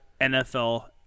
NFL